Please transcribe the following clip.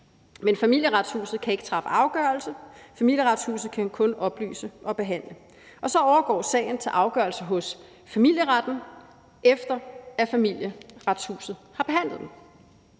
Men Familieretshuset kan ikke træffe afgørelse; Familieretshuset kan kun oplyse og behandle. Og så overgår sagen til afgørelse hos familieretten, efter at Familieretshuset har behandlet den.